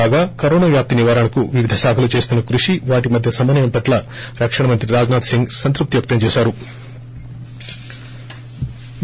కాగా కరోనా వ్యాప్తి నివారణకు వివిధ శాఖలు చేస్తున్న కృషి వాటి మధ్య సమన్వయం పట్ల రక్షణ మంత్రి రాజ్ నాధ్ సింగ్ సంత్ఫప్తి వ్యక్తం చేశారు